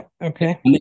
okay